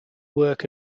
work